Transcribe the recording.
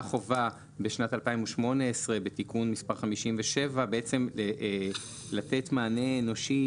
ונקבעה חובה בשנת 2018 בתיקון מספר 57 בעצם לתת מענה אנושי